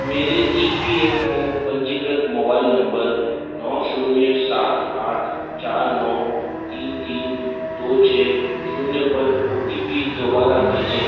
मेरे E P F O पंजीकृत mobile number नौ शून्य सात आठ चार नौ तीन तीन दो छः शून्य पर ओ टी पी दोबारा भेजें